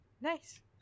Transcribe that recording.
Nice